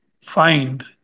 find